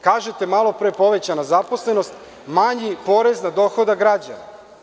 Kažete malopre povećana zaposlenost, manji porez na dohodak građana.